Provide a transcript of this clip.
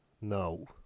No